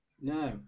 No